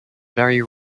very